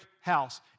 house